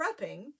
prepping